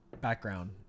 background